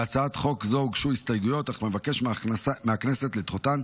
להצעת חוק זו הוגשו הסתייגויות אך אבקש מהכנסת לדחותן,